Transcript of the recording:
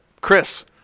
Chris